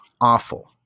awful